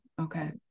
okay